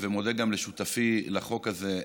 ומודה גם לשותפי לחוק הזה,